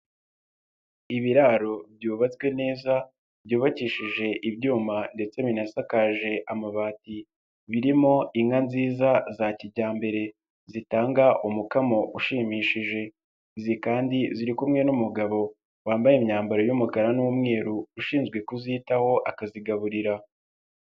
Ibiraro byubatswe neza, byubakishije ibyuma ndetse binasakaje amabati, birimo inka nziza za kijyambere, zitanga umukamo ushimishije, izi kandi ziri kumwe n'umugabo wambaye imyambaro y'umukara n'umweru ushinzwe kuzitaho akazigaburira.